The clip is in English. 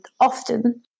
often